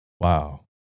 Wow